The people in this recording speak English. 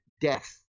death